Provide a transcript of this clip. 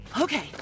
Okay